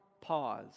pause